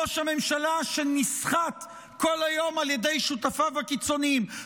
ראש הממשלה שנסחט כל היום על ידי שותפיו הקיצוניים,